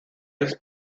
this